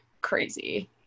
crazy